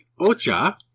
ocha